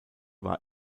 war